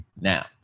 Now